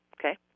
Okay